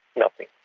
nothing,